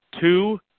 two